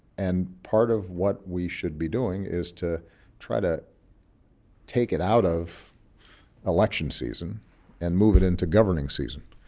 and part of what we should be doing is to try to take it out of election season and move it into governing season.